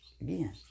again